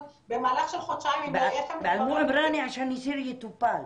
במהלך של חודשיים ------ שאסיר יטופל.